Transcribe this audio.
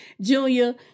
Junior